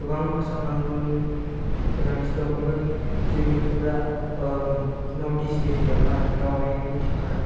गोबां फोसाबनांगौनि गोनांथि दं इभेन जोंनि फुरा नर्थ इस्ट एरिया यावहाय दावबायनायनि थाखाय